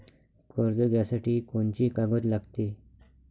कर्ज घ्यासाठी कोनची कागद लागते?